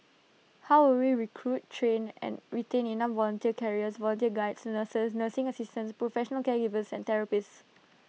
how will we recruit train and retain enough volunteer carers volunteer Guides nurses nursing assistants professional caregivers and therapists